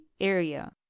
area